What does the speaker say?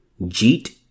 jeet